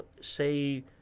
say